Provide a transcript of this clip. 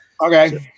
Okay